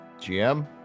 gm